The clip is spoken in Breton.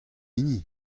hini